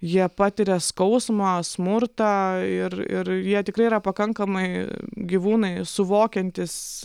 jie patiria skausmą smurtą ir ir jie tikrai yra pakankamai gyvūnai suvokiantys